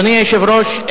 אדוני היושב-ראש,